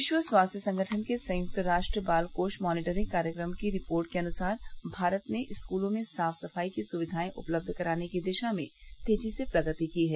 विश्व स्वास्थ्य संगठन के संयुक्त राष्ट्र बाल कोष मॉनिटरिंग कार्यक्रम की रिपोर्ट के अनुसार भारत ने स्कूलों में साफ सफाई की सुविघाए उपलब्ध कराने की दिशा में तेजी से प्रगति की है